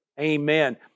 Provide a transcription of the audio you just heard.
Amen